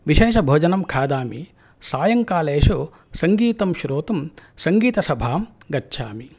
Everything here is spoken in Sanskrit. विशेषभोजनं खादामि सायंकालेषु सङ्गीतं श्रोतुं संङ्गीतसभां गच्छामि